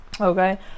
okay